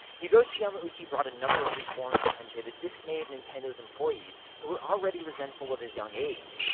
hiroshi yamauchi brought a number of reforms with him to the dismay of nintendo's employees, who were already resentful of his young age.